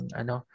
ano